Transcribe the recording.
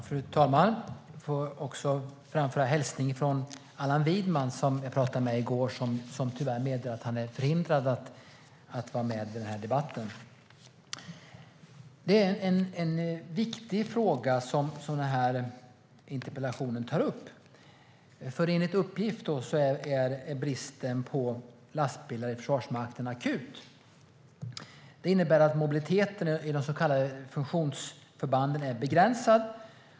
Fru talman! Låt mig framföra en hälsning från Allan Widman, som jag talade med i går. Han meddelar att han tyvärr är förhindrad att vara med i debatten. Det är en viktig fråga som tas upp i interpellationen. Enligt uppgift är bristen på lastbilar i Försvarsmakten akut. Det innebär att mobiliteten i de så kallade funktionsförbanden är begränsad.